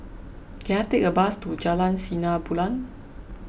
can I take a bus to Jalan Sinar Bulan